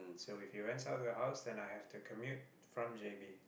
so if he rents out the house then I'll have to commute from j_b